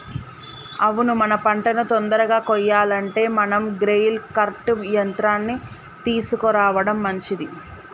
అవును మన పంటను తొందరగా కొయ్యాలంటే మనం గ్రెయిల్ కర్ట్ యంత్రాన్ని తీసుకురావడం మంచిది